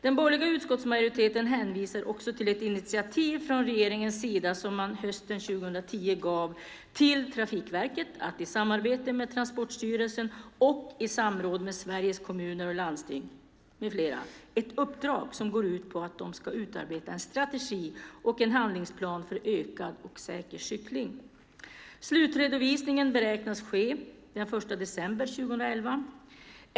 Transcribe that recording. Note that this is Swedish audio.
Den borgerliga utskottsmajoriteten hänvisar också till ett initiativ från regeringens sida hösten 2010 då man gav till Trafikverket i uppdrag att i samarbete med Transportstyrelsen och i samråd med Sveriges Kommuner och Landsting med flera utarbeta en strategi och en handlingsplan för ökad och säker cykling. Slutredovisningen beräknas ske den 1 december 2011.